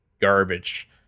garbage